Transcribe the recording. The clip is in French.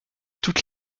toutes